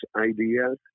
ideas